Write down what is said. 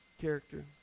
character